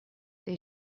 they